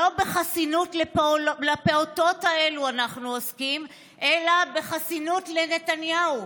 לא בחסינות לפעוטות האלה אנחנו עוסקים אלא בחסינות לנתניהו.